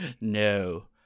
no